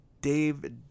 Dave